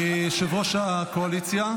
יושב-ראש הקואליציה?